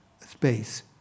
space